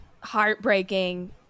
heartbreaking